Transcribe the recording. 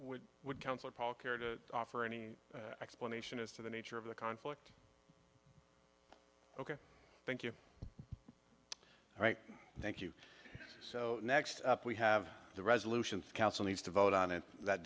which would counsel paul care to offer any explanation as to the nature of the conflict ok thank you all right thank you so next up we have the resolution council needs to vote on it that